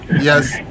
yes